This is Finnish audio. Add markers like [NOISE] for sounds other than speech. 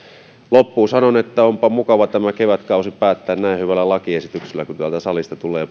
loppuun sanon että onpa mukava tämä kevätkausi päättää näin hyvällä lakiesityksellä kuin täältä salista tulee [UNINTELLIGIBLE]